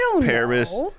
Paris